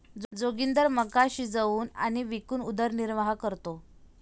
जोगिंदर मका शिजवून आणि विकून उदरनिर्वाह करतो